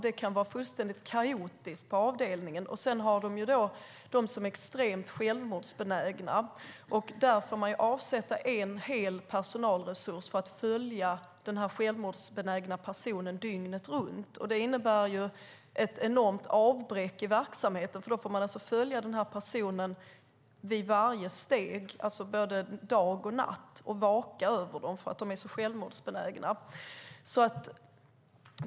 Det kan vara fullständigt kaotiskt på avdelningen. Sedan finns det sådana som är extremt självmordsbenägna. Där får man avsätta en hel personalresurs för att följa den självmordsbenägna personen dygnet runt. Det innebär ett enormt avbräck i verksamheten. Man får följa de här personerna vid varje steg, både dag och natt, och vaka över dem därför att de är så självmordsbenägna.